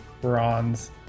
bronze